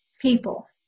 people